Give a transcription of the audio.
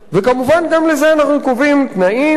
וכמובן גם לזה אנחנו קובעים תנאים,